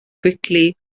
quickly